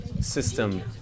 system